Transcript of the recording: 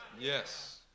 Yes